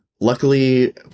Luckily